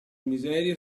miseria